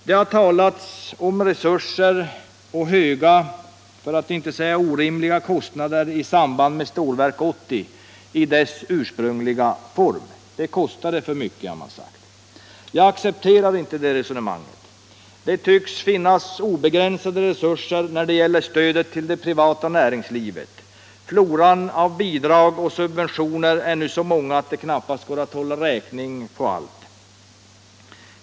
Det har talats om resurser och höga för att inte säga orimliga kostnader i samband med Stålverk 80 i dess ursprungliga form — det kostade för mycket, sade man. Jag accepterar inte det resonemanget. Det tycks finnas obegränsade resurser när det gäller stödet till det privata näringslivet. Floran av bidrag och subventioner är nu så ymnig att det knappast går att hålla räkning på allt.